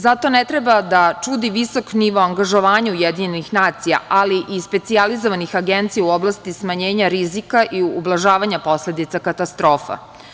Zato ne treba da čudi visok nivo angažovanja UN, ali i specijalizovanih agencija u oblasti smanjenja rizika i ublažavanja posledica katastrofa.